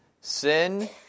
sin